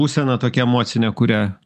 būsena tokia emocinė kuria